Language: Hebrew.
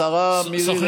סגן השר, מי רוצה בחירות?